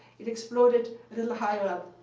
it exploded a little higher up,